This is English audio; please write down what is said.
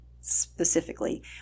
specifically